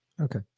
Okay